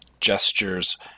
gestures